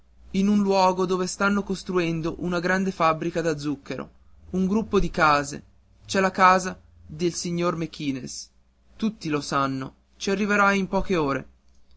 in un luogo dove stanno costruendo una grande fabbrica da zucchero un gruppo di case c'è la casa del signor mequinez tutti lo sanno ci arriverai in poche ore